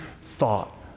thought